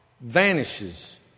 vanishes